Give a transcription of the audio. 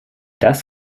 das